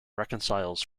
reconciles